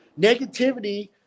Negativity